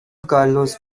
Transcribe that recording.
carlos